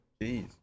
Jeez